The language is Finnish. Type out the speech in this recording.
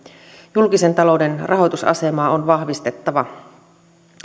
julkisen talouden rahoitusasemaa on vahvistettava